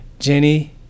Jenny